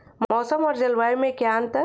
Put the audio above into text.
मौसम और जलवायु में क्या अंतर?